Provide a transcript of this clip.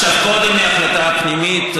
קודם באה ההחלטה פנימית,